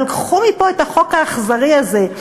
אבל קחו מפה את החוק האכזרי הזה,